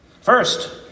First